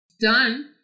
done